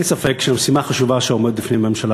אין ספק שהמשימה החשובה שעומדת בפני הממשלה